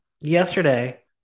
Yesterday